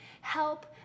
help